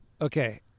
Okay